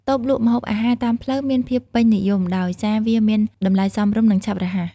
តូបលក់ម្ហូបអាហារតាមផ្លូវមានភាពពេញនិយមដោយសារវាមានតម្លៃសមរម្យ និងឆាប់រហ័ស។